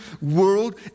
world